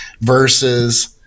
versus